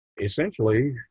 essentially